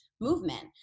movement